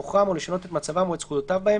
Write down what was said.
למוכרם או לשנות את מצבם או את זכויותיו בהם,